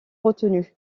retenu